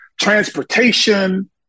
transportation